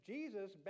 Jesus